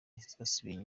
zisubira